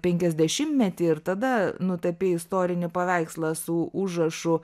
penkiasdešimtmetį ir tada nutapei istorinį paveikslą su užrašu